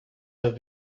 have